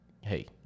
hey